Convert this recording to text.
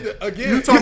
again